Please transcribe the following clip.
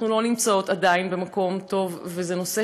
אנחנו עדיין לא נמצאות במקום טוב וזה נושא